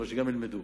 אבל שגם ילמדו.